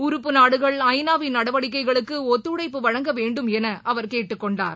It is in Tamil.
உறுப்புநாடுகள் ஐ நாவின் நடவடிக்கைகளுக்கு ஒத்துழைப்பு வழங்க வேண்டும் என அவர் கேட்டுக்கொண்டார்